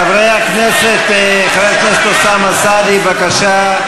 חבר הכנסת אוסאמה סעדי, בבקשה,